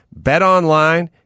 BetOnline